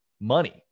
money